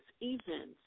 events